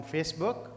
Facebook